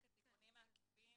בעצם חידדנו את הסעיף,